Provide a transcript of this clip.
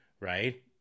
right